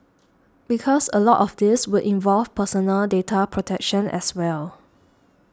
because a lot of this would involve personal data protection as well